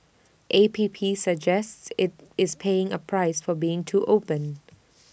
A P P suggests IT it's paying A price for being too open